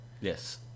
Yes